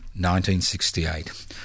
1968